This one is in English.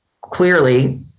clearly